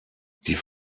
die